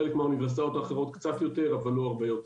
חלק מהאוניברסיטאות האחרות קצת יותר אבל לא הרבה יותר.